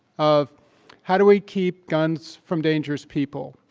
of how do we keep guns from dangerous people.